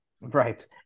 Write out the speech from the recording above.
Right